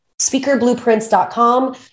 Speakerblueprints.com